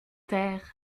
terre